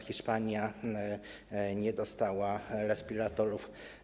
Hiszpania nie dostała respiratorów.